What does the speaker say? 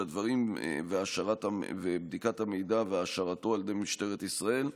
הדברים ובדיקת המידע והעשרתו על ידי משטרת ישראל.